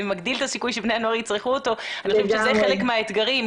משהו שמגדיל את הסיכוי שבני הנוער יצרכו אותו כי זה חלק מהאתגרים.